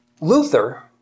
Luther